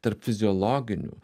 tarp fiziologinių